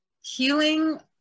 healing